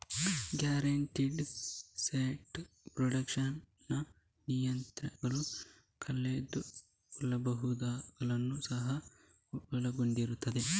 guaranteed asset protection ನ ನೀತಿಗಳು ಕಳೆಯಬಹುದಾದವುಗಳನ್ನು ಸಹ ಒಳಗೊಂಡಿರುತ್ತವೆ